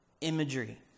Imagery